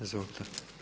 Izvolite.